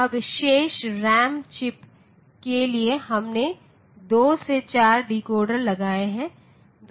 अब शेष RAM chips के लिए हमने 2 से 4 डिकोडर लगाए हैं